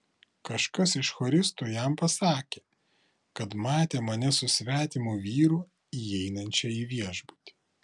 kažkas iš choristų jam pasakė kad matė mane su svetimu vyru įeinančią į viešbutį